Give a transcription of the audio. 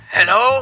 Hello